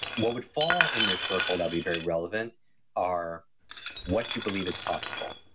what would fall in this circle that'd be very relevant are what you believe is possible